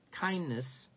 kindness